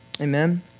Amen